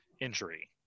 injury